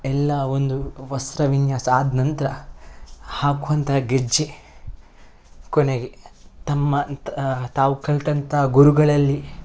ಎಲ್ಲ ಒಂದು ವಸ್ತ್ರವಿನ್ಯಾಸ ಆದ ನಂತರ ಹಾಕುವಂಥ ಗೆಜ್ಜೆ ಕೊನೆಗೆ ತಮ್ಮ ತಾವು ಕಲಿತಂಥ ಗುರುಗಳಲ್ಲಿ